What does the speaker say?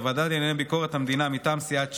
בוועדה לענייני ביקורת המדינה מטעם סיעת ש"ס,